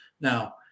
Now